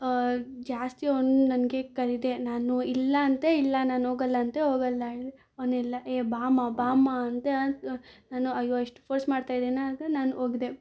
ಜಾಸ್ತಿ ಅವನು ನನಗೆ ಕರಿದೆ ನಾನು ಇಲ್ಲಾಂತ ಇಲ್ಲ ನಾನು ಹೋಗಲ್ಲ ಅಂತ ಹೋಗಲ್ಲ ಅವ್ನೆಲ್ಲ ಏ ಬಾಮ್ಮ ಬಾಮ್ಮ ಅಂತ ನಾನು ಅಯ್ಯೋ ಎಷ್ಟು ಫೋರ್ಸ್ ಮಾಡ್ತಾ ಇದ್ದಾನೆ ಅಂತ ನಾನು ಓಗ್ದೆ